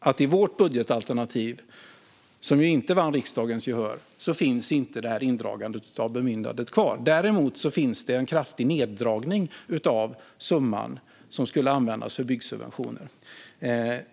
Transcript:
I vårt budgetalternativ, som inte vann riksdagens gehör, finns inte indragandet av bemyndigandet kvar. Däremot finns en kraftig neddragning av summan som skulle användas för byggsubventioner.